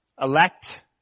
elect